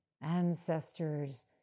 ancestors